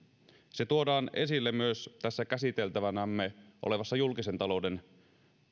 se tuodaan esille myös tässä käsiteltävänämme olevassa julkisen talouden